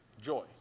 joy